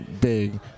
big